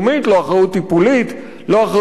לא אחריות בתחום התעסוקה והחינוך.